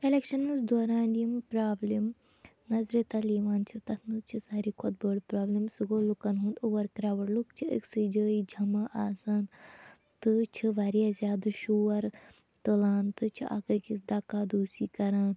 elections دوران یِم problem نظرِ تَل یِوان چھِ تَتھ منٛز چھِ سارِوٕے کھۄتہٕ بٔڑۍ پرٛابلِم سُہ گوٚو لوٗکَن ہُنٛد اُوَر کرٛاوٕڈ لوٗکھ چھِ أکسٕے جایہِ جمع آسان تہٕ چھِ واریاہ زیادٕ شور تُلان تہٕ چھِ اَکھ أکِس دَکا دوٗسی کران